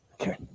Okay